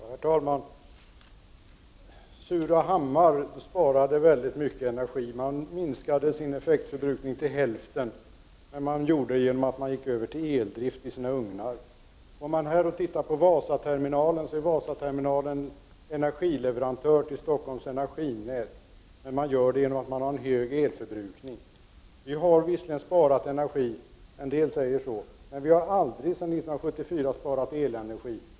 Herr talman! Surahammar sparade väldigt mycket energi. Där minskade man sin effektförbrukning till hälften, men man gjorde det genom att gå över till eldrift i ugnarna. Vasaterminalen, t.ex., är energileverantör till Stockholms energinät, vilket innebär en större elförbrukning. En del säger att vi har sparat en del energi, men vi har sedan 1974 aldrig sparat elenergi.